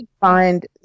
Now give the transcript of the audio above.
find